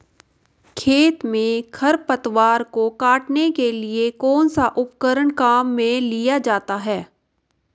खेत में खरपतवार को काटने के लिए कौनसा उपकरण काम में लिया जाता है?